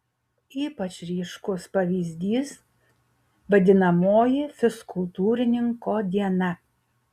ypač ryškus pavyzdys vadinamoji fizkultūrininko diena